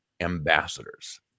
ambassadors